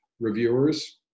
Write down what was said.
reviewers